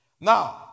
Now